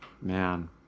Man